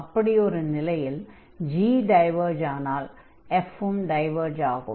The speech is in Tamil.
அப்படி ஒரு நிலையில் g டைவர்ஜ் ஆனால் f டைவர்ஜ் ஆகும்